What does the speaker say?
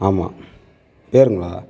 ஆமாம் பேருங்களா